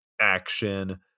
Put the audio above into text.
action